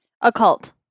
Occult